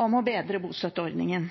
om å bedre bostøtteordningen.